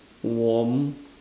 warm